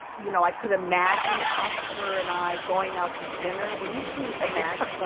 you know, i could imagine oscar and i going out to dinner. when you can imagine.